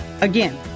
Again